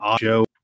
show